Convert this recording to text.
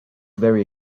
very